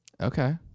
Okay